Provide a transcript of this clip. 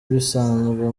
bisanzwe